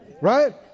Right